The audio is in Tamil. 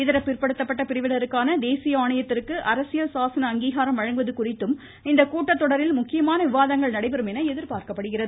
இதர பிற்படுத்தப்பட்ட பிரிவினருக்கான தேசிய ஆணையத்திற்கு அரசியல் சாசன அங்கீகாரம் வழங்குவது குறித்தும் இந்த கூட்டத்தொடரில் முக்கியமான விவாதங்கள் நடைபெறும் என எதிர்பார்க்கப்படுகிறது